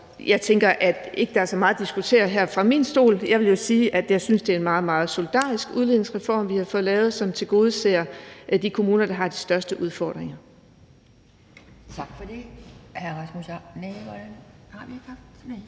jeg tænker, at der ikke er så meget at diskutere her fra min stol. Jeg vil jo sige, at jeg synes, det er en meget, meget solidarisk udligningsreform, vi har fået lavet, som tilgodeser de kommuner, der har de største udfordringer. Kl.